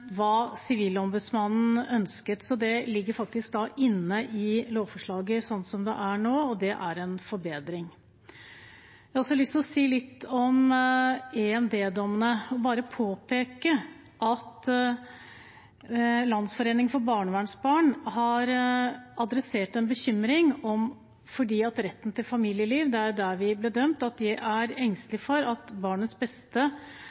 hva Sivilombudsmannen ønsket. Så det ligger faktisk inne i lovforslaget slik det er nå, og det er en forbedring. Jeg har også lyst til å si litt om EMD-dommene. Jeg vil påpeke at Landsforeningen for barnevernsbarn har adressert en bekymring knyttet til retten til familieliv – det var der vi ble dømt – og de er engstelige for at barnets beste